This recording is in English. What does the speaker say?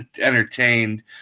entertained